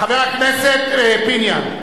חבר הכנסת פיניאן.